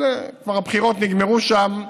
אבל הבחירות נגמרו שם,